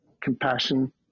compassion